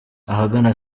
ahagana